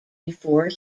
before